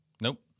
Nope